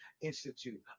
institute